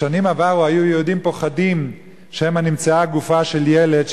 בשנים עברו היו יהודים פוחדים כשנמצאה גופה של ילד,